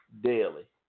daily